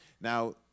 Now